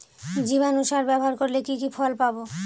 জীবাণু সার ব্যাবহার করলে কি কি ফল পাবো?